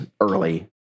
early